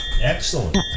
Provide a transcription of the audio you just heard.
Excellent